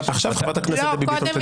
עכשיו חברת הכנסת דבי ביטון.